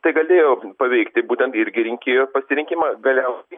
tai galėjo paveikti būtent irgi rinkėjų pasirinkimą galiausiai